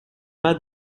pas